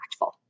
impactful